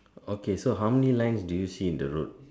okay so how many lines do you see in the road